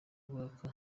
rwaka